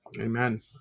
Amen